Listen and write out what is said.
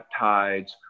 peptides